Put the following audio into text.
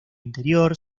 interior